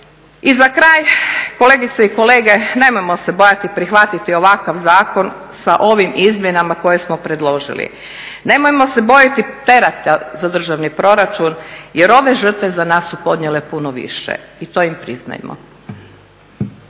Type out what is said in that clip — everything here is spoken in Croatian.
I za kraj, kolegice i kolege nemojmo se bojati prihvatiti ovakav zakon sa ovim izmjenama koje smo predložili. Nemojmo se bojati tereta za državni proračun jer ove žrtve za nas su podnijele puno više i to im priznajmo.